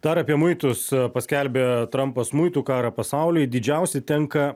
dar apie muitus paskelbė trampas muitų karą pasauliui didžiausi tenka